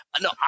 No